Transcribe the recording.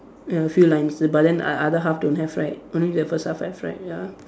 a few lines but then uh other half don't have right only the first half have right ya